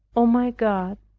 o my god,